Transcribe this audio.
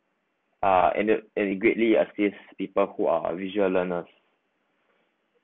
uh and the and the greatly assist people who are visual learners